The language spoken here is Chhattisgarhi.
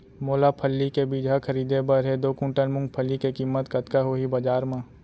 मोला फल्ली के बीजहा खरीदे बर हे दो कुंटल मूंगफली के किम्मत कतका होही बजार म?